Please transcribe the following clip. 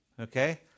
Okay